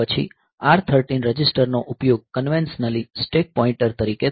પછી R 13 register નો ઉપયોગ કન્વેન્શનલી સ્ટેક પોઇન્ટર તરીકે થાય છે